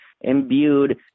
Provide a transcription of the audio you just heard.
imbued